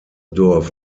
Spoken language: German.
dorf